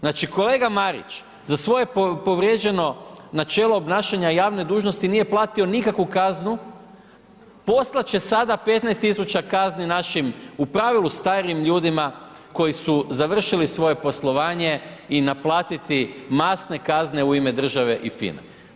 Znači kolega Marić, za svoje povrijeđeno načelo obnašanja javne dužnosti, nije platio nikakvu kaznu, poslati će sada 15 tisuća kazni, našim, u pravilu starijim ljudima koji su završili svoje poslovanje i naplatiti masne kazne u ime države i FIMA-e.